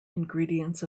ingredients